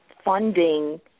funding